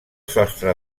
sostre